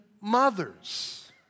mothers